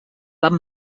van